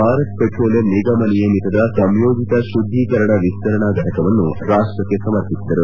Bharat petroleum ನಿಗಮ ನಿಯಮಿತದ ಸಂಯೋಜಿತ ಶುದ್ದೀಕರಣ ವಿಸ್ತರಣಾ ಫಟಕವನ್ನು ರಾಷ್ಲಕ್ಷೆ ಸಮರ್ಪಿಸಿದರು